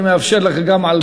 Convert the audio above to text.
אני מאפשר לך גם על ב'.